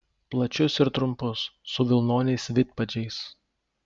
plačius ir trumpus su vilnoniais vidpadžiais